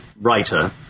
writer